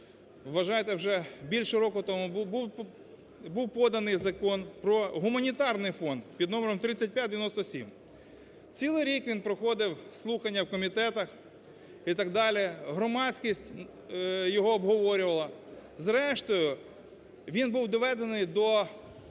вважайте вже більше року тому, був поданий Закон про гуманітарний фонд (під номером 3597). Цілий рік він проходив слухання в комітетах і так далі, громадськість його обговорювала, зрештою він був доведений до